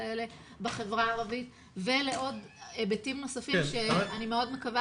האלה בחברה הערבית ולעוד היבטים נוספים שאני מאוד מקווה